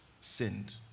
sinned